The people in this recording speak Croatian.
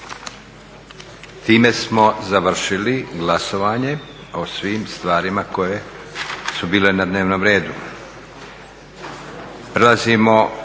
Time smo završili glasovanje o svim stvarima koje su bile na dnevnom redu.